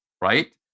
right